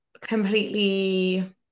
completely